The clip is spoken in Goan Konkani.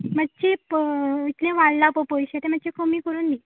मातशे प इतले वाडला प पयशे ते मातशे कमी करून दी